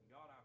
God